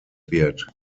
wird